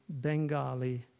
Bengali